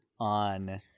on